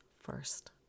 first